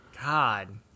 God